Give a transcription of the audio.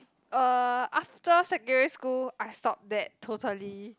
uh after secondary school I stopped that totally